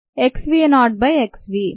t2